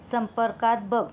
संपर्कात बघ